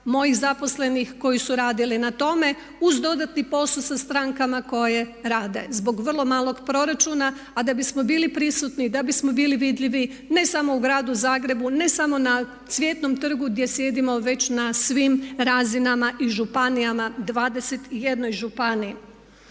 mojih zaposlenih koji su radili na tome uz dodatni posao sa stranaka koje rade zbog vrlo malog proračuna a da bismo bili prisutni i da bismo bili vidljivi ne samo u gradu Zagrebu, ne samo na Cvjetnom trgu gdje sjedimo već na svim razinama i županijama, 21 županiji.